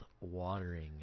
watering